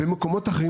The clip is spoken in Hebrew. במקומות אחרים